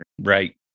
Right